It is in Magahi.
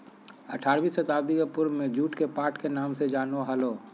आठारहवीं शताब्दी के पूर्व में जुट के पाट के नाम से जानो हल्हो